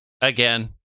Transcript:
again